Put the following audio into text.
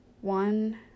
one